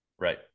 right